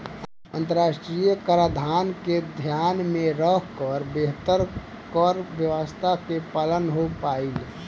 अंतरराष्ट्रीय कराधान के ध्यान में रखकर बेहतर कर व्यावस्था के पालन हो पाईल